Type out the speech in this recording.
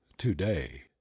today